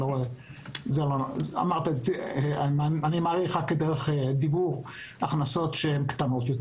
אני מעריך שאמרת כדרך דיבור והתכוונת להכנסות קטנות.